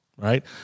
right